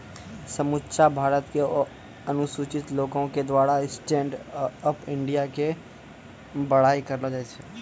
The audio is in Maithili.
समुच्चा भारत के अनुसूचित लोको के द्वारा स्टैंड अप इंडिया के बड़ाई करलो जाय छै